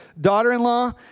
daughter-in-law